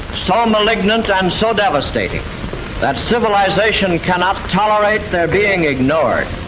so malignant and so devastating that civilisation cannot tolerate their being ignored.